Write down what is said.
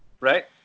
right